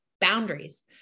boundaries